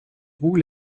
roux